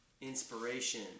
inspiration